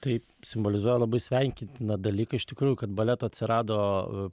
taip simbolizuoja labai sveikintiną dalyką iš tikrųjų kad baleto atsirado